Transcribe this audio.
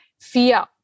fear